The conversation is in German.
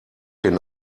den